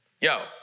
Yo